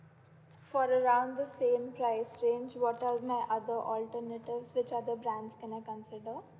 for around the same price range what are my other alternatives which other brands can I consider